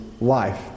life